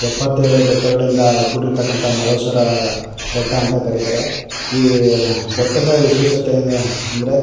ಎಪ್ಪತ್ತೇಳು ಬೆಟ್ಟಗಳಿಂದ ಕೂಡಿರ್ತಕ್ಕಂಥ ಮಾದೇಶ್ವರ ಬೆಟ್ಟ ಅಂತ ಕರಿತಾರೆ ಈ ಬೆಟ್ಟದ ವಿಶೇಷತೆ ಏನ ಅಂದ್ರೆ